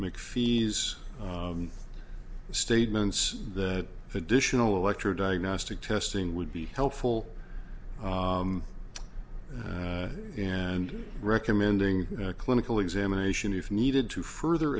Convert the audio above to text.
make fees statements that additional electro diagnostic testing would be helpful and recommending a clinical examination if needed to further